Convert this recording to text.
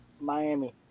Miami